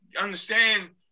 understand